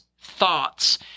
thoughts